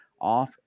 off